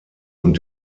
und